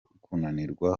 kunanirwa